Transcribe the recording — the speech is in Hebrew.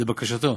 לבקשתו,